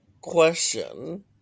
question